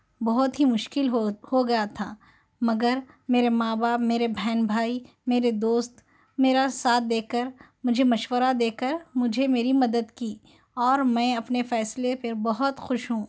بہت ہی مشکل ہو ہو گیا تھا مگر میرے ماں باپ میرے بہن بھائی میرے دوست میرا ساتھ دے کر مجھے مشورہ دے کر مجھے میری مدد کی اور میں اپنے فیصلے پہ بہت خوش ہوں